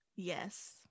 Yes